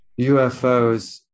UFOs